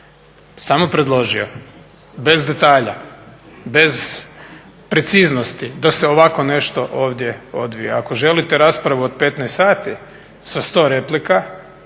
samo predložio bez detalja, bez preciznosti da se ovako nešto ovdje odvija. Ako želite raspravu od 15 sati sa 100 replika